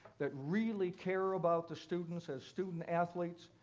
that really care about the students as student athletes,